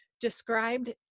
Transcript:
described